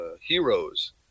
heroes